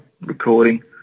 recording